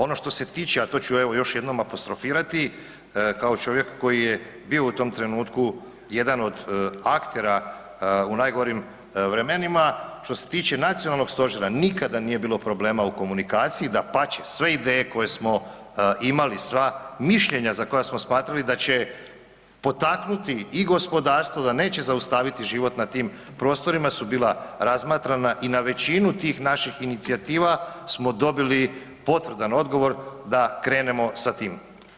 Ono što se tiče, a to ću evo, još jednom apostrofirati, kao čovjeka koji je bio u tom trenutku jedan od aktera u najgorim vremenima, što se tiče nacionalnog stožera, nikada nije bilo problema u komunikaciji, dapače, sve ideje koje smo imali, sva mišljenja za koja smo smatrali da će potaknuti i gospodarstvo, da neće zaustaviti život na tim prostorima su bila razmatrana i na većinu tih naših inicijativa smo dobili potvrdan odgovor da krenemo sa time.